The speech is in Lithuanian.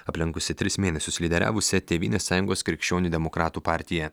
aplenkusi tris mėnesius lyderiavusią tėvynės sąjungos krikščionių demokratų partiją